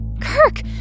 Kirk